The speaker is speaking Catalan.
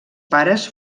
pares